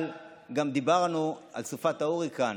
אבל דיברנו גם על סופת ההוריקן